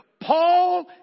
Paul